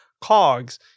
cogs